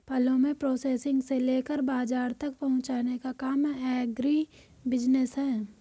फलों के प्रोसेसिंग से लेकर बाजार तक पहुंचने का काम एग्रीबिजनेस है